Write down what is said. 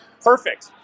perfect